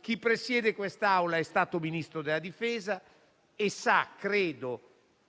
Chi presiede quest'Assemblea è stato Ministro della difesa e sa,